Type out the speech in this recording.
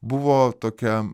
buvo tokia